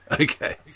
Okay